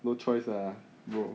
no choice lah bro